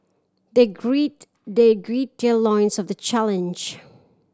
they gird they gird their loins of the challenge